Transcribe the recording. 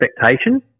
expectation